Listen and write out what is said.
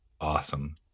awesome